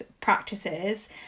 practices